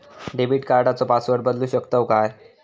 Debit कार्डचो password बदलु शकतव काय?